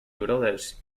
brothers